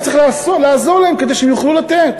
וצריך לעזור להם כדי שהם יוכלו לתת.